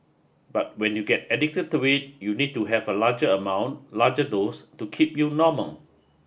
but when you get addicted to it you need to have a larger amount larger dose to keep you normal